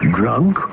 drunk